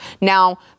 Now